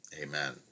Amen